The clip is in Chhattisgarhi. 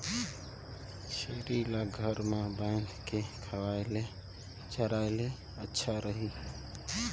छेरी ल घर म बांध के खवाय ले चराय ले अच्छा रही?